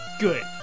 Good